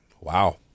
Wow